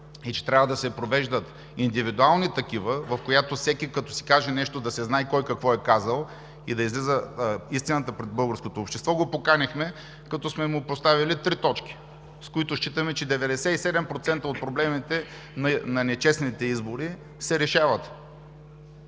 и че трябва да се провеждат индивидуални такива, в които всеки като си каже нещо, да се знае кой какво е казал и да излиза истината пред българското общество, го поканихме, като сме му поставили три точки, с които считаме, че 97% от проблемите на нечестните избори се решават.